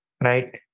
right